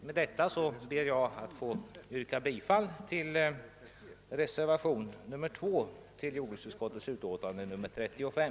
Med det anförda ber jag att få yrka bifall till reservationen 2 vid jordbruksutskottets utlåtande nr 35.